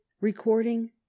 Recording